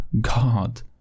God